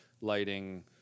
lighting